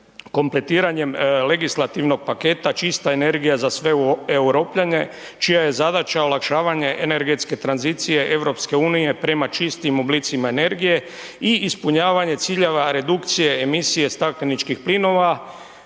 kompletiranjem legislativnog paketa Čista energija za sve Europljane čija je zadaća olakšavanje energetske tranzicije EU prema čistim oblicima energije i ispunjavanje ciljeva redukcije emisije stakleničkih plinova.